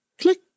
Click